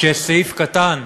שיש סעיף קטן,